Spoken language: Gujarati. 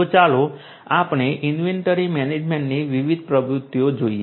તો ચાલો આપણે ઈન્વેન્ટરી મેનેજમેન્ટની વિવિધ પ્રવૃત્તિઓ જોઈએ